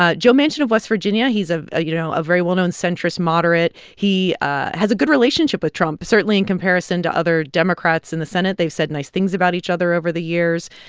ah joe manchin of west virginia. he's ah a, you know, a very well-known centrist moderate. he has a good relationship with trump, certainly in comparison to other democrats in the senate. they've said nice things about each other over the years.